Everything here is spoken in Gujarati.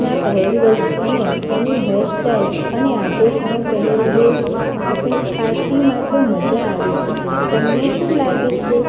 ના પહેરવેશ અને એની હેરસ્ટાઇલ અને આભૂષણો પહેરીએ આપણ પાર્ટીમાં તો મજા આવી જશે તમને શું લાગે છે